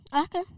Okay